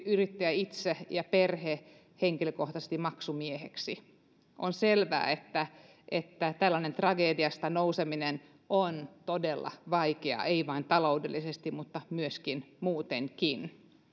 yrittäjä itse ja perhe henkilökohtaisesti maksumieheksi on selvää että että tällaisesta tragediasta nouseminen on todella vaikeaa ei vain taloudellisesti vaan muutenkin